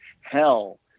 hell